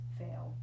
fail